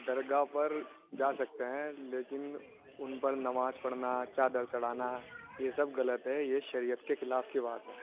درگاہ پر جا سکتے ہیں لیکن ان پر نماز پڑھنا چادر چڑانا یہ سب غلط ہے یہ شریعت کے خلاف کی بات ہے